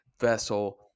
vessel